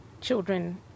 children